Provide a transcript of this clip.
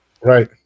Right